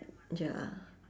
ya